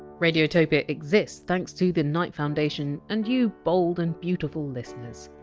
radiotopia exists thanks to the knight foundation and you bold and beautiful listeners.